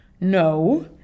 no